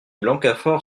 blancafort